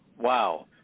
wow